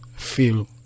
Feel